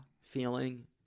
feeling